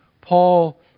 Paul